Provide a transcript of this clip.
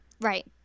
Right